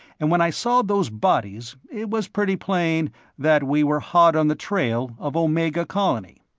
and when i saw those bodies it was pretty plain that we were hot on the trail of omega colony.